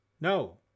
No